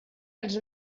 els